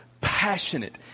passionate